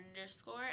underscore